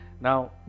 Now